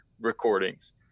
recordings